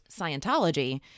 scientology